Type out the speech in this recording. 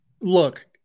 Look